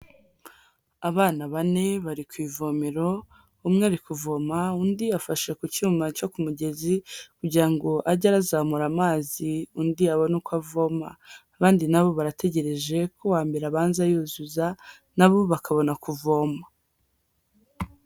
Abana bane bari ku ivomero, umwe ari kuvoma undi afashe ku cyuma cyo ku mugezi kugira ngo ajye arazamura amazi undi abone uko avoma, abandi na bo barategereje ko uwa mbere abanza yuzuza, na bo bakabona kuvoma.